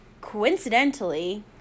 coincidentally